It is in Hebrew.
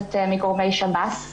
מפורטת מגורמי שירות בתי הסוהר.